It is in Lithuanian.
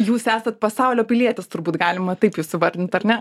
jūs esat pasaulio pilietis turbūt galima taip jus įvardint ar ne